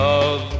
Love